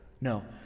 No